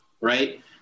right